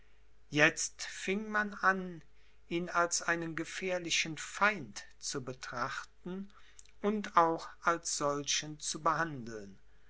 jetzt fing man an ihn als einen gefährlichen feind zu betrachten und auch als solchen zu behandeln